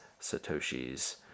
Satoshis